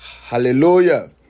Hallelujah